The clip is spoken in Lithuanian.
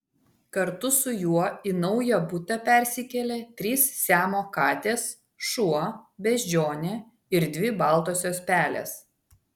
kartu su juo į naują butą persikėlė trys siamo katės šuo beždžionė ir dvi baltosios pelės